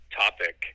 topic